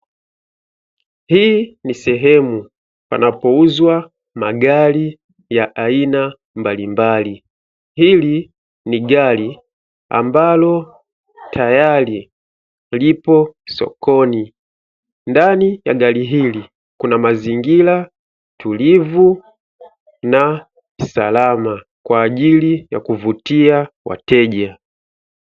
Hii ni sehemu panapouzwa magari ya aina mbalimbali, hili ni gari ambalo tayari lipo sokoni, ndani ya gari hili kuna mazingira tulivu na salama kwa ajili ya kuvutia wateja.